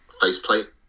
faceplate